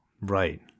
Right